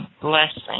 blessing